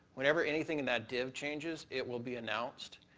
whenever anything in that div changes it will be announced,